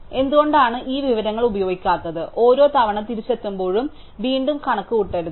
എന്തുകൊണ്ടാണ് ഞങ്ങൾ ഈ വിവരങ്ങൾ ഉപയോഗിക്കാത്തത് ഓരോ തവണ തിരിച്ചെത്തുമ്പോഴും വീണ്ടും കണക്കുകൂട്ടരുത്